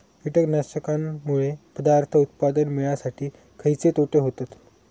कीटकांनमुळे पदार्थ उत्पादन मिळासाठी खयचे तोटे होतत?